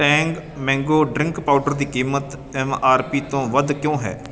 Tang mango drink powder ਦੀ ਕੀਮਤ M R P ਤੋਂ ਵੱਧ ਕਿਉਂ ਹੈ